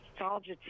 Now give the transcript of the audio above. nostalgia